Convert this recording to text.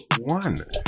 one